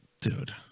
dude